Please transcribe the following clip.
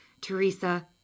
Teresa